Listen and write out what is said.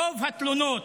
רוב התלונות